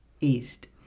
east